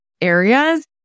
areas